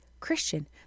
Christian